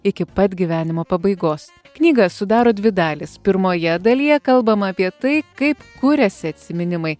iki pat gyvenimo pabaigos knygą sudaro dvi dalys pirmoje dalyje kalbama apie tai kaip kuriasi atsiminimai